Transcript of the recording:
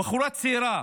בחורה צעירה